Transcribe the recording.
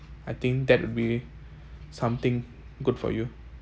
I think that will be something good for you